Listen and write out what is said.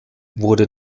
wurde